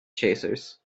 chasers